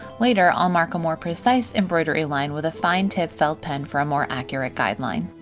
later, i'll mark a more precise embroidery line with a fine-tip felt pen for a more accurate guideline.